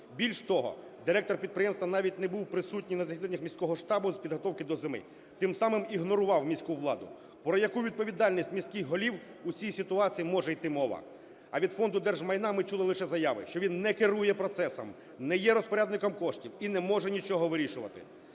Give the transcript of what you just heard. Більш того, директор підприємства навіть не був присутній на засіданнях міського штабу з підготовки до зими, тим самим ігнорував міську владу. Про яку відповідальність міських голів у цій ситуації може йти мова? А від Фонду держмайна ми чули лише заяви, що він не керує процесом, не є розпорядником коштів і не може нічого вирішувати.